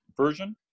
version